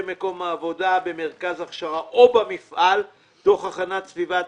מקום העבודה במרכז הכשרה או במפעל תוך הכנת סביבת